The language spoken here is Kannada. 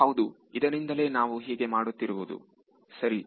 ಹೌದು ಇದರಿಂದಲೇ ನಾವು ಹೀಗೆ ಮಾಡುತ್ತಿರುವುದು ಸರಿ